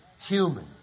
Human